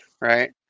Right